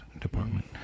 Department